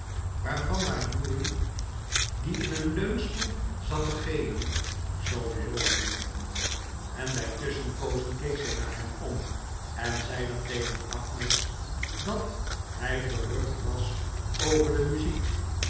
waarvan haar ury die in een leunstoel zat te geeuwen zooveel hield en bij tusschenpoozen keek zij naar hem om en zei dan tegen agnes jiat hij verrukt was over de muziek